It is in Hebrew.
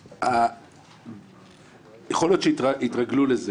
יכול להיות שהתרגלו לזה